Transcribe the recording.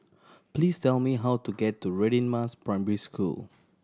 please tell me how to get to Radin Mas Primary School